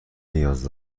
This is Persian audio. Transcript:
نیاز